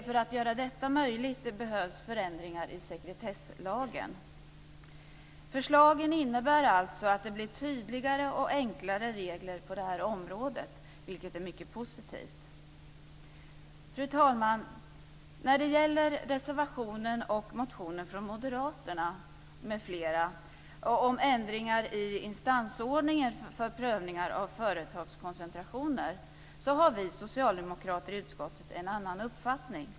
För att göra detta möjligt behövs förändringar i sekretesslagen. Förslagen innebär alltså att det blir tydligare och enklare regler på det här området, vilket är mycket positivt. Fru talman! När det gäller reservationen och motionen från Moderaterna m.fl. om ändringar i instansordningen för prövningar av företagskoncentrationer har vi socialdemokrater i utskottet en annan uppfattning.